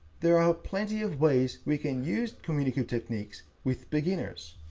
there are plenty of ways we can use communicative techniques with beginners.